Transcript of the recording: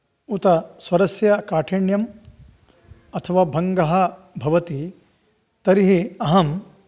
उत स्वरस्य काठिण्यं अथवा भङ्गः भवति तर्हि अहं